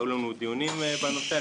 היו לנו דיונים בנושא.